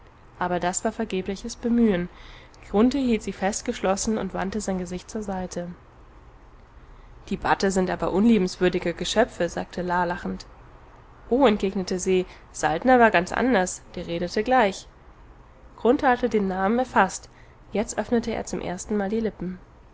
aber das war vergebliches bemühen grunthe hielt sie fest geschlossen und wandte sein gesicht zur seite die bate sind aber unliebenswürdige geschöpfe sagte la lachend oh entgegnete se saltner war ganz anders der redete gleich grunthe hatte den namen erfaßt jetzt öffnete er zum ersten mal die lippen